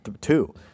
two